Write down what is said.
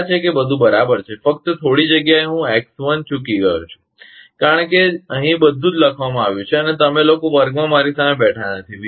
આશા છે કે બધું બરાબર છે ફક્ત થોડી જગ્યાએ હું x1 ચૂકી ગયો કારણ કે અહીં બધું જ લખવામાં આવ્યું છે અને તમે લોકો વર્ગમાં મારી સામે બેઠા નથી